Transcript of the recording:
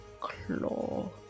claw